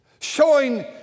Showing